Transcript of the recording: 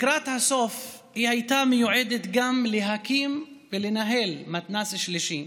לקראת הסוף היא הייתה מיועדת גם להקים ולנהל מתנ"ס שלישי.